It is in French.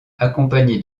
accompagné